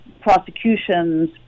prosecutions